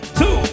two